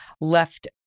left